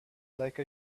like